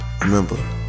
Remember